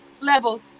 levels